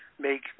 make